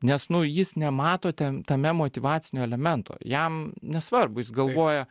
nes nu jis nemato ten tame motyvacinio elemento jam nesvarbu jis galvoja